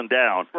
down